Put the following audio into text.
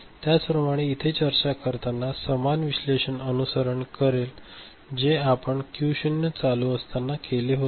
त्याचप्रमाणे इथे चर्चा करताना समान विश्लेषण अनुसरण करेल जे आपण क्यू 0 चालू असताना केले होते